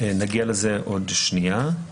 עוד שנייה נגיע לזה.